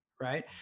Right